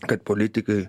kad politikai